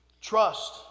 trust